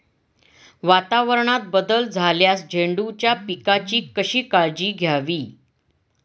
वातावरणात बदल झाल्यास झेंडूच्या पिकाची कशी काळजी घ्यावी?